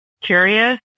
curious